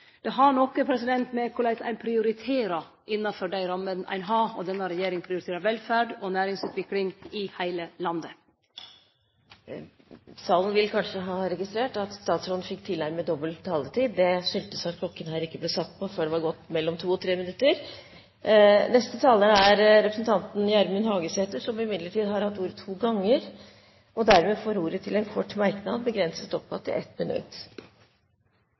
Det har noko å gjere med korleis ein prioriterer innan dei rammene ein har. Denne regjeringa prioriterer velferd og næringsutvikling i heile landet. Salen vil kanskje ha registrert at statsråden fikk tilnærmet dobbel taletid. Det skyldtes at klokken her ikke ble satt på før det var gått mellom to og tre minutter. Neste taler er representanten Gjermund Hagesæter, som har hatt ordet to ganger, og dermed får ordet til en kort merknad, begrenset til 1 minutt. Grunnen til